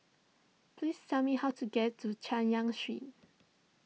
please tell me how to get to Chay Yan Street